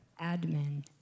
admin